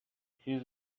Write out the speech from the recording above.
his